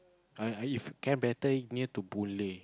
ah if can better near to Boon-Lay